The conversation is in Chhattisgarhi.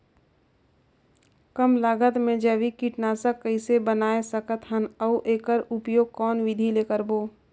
कम लागत मे जैविक कीटनाशक कइसे बनाय सकत हन अउ एकर उपयोग कौन विधि ले करबो?